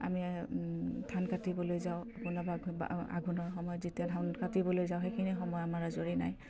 আমি ধান কাটিবলৈ যাওঁ আঘোণৰ সময়ত যেতিয়া ধান কাটিবলৈ যাওঁ সেইখিনি সময় আমাৰ আজৰি নাই